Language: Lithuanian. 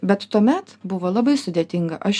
bet tuomet buvo labai sudėtinga aš